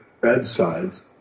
bedsides